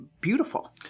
beautiful